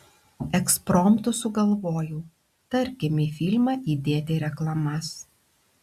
ekspromtu sugalvojau tarkim į filmą įdėti reklamas